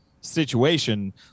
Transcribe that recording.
situation